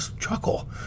chuckle